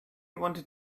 wanted